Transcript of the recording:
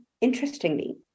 interestingly